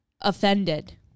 offended